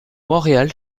montréal